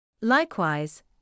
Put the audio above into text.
Likewise